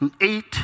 eight